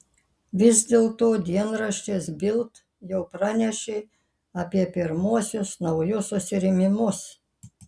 vis dėlto dienraštis bild jau pranešė apie pirmuosius naujus susirėmimus